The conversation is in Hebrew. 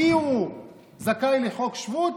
מי זכאי לחוק שבות?